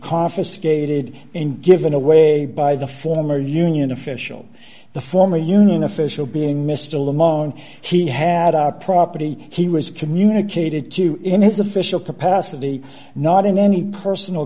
confiscated and given away d by the former union official the former union official being mr lamont he had our property he was communicated to in his official capacity not in any personal